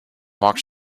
walked